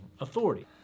authority